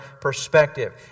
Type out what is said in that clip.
perspective